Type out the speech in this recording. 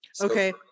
Okay